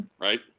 Right